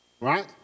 right